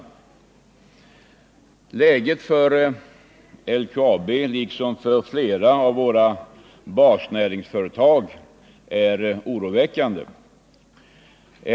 Läget för LKAB, liksom för flera av våra basnäringsföretag, är oroväckande.